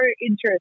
interest